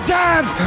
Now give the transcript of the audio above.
times